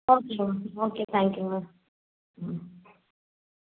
ஓகேங்க okay okay thank யூங்க ம்